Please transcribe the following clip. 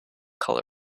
color